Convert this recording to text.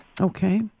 Okay